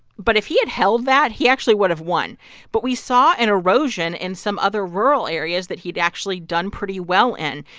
but if he had held that, he actually would have won but we saw an erosion in some other rural areas that he'd actually done pretty well in,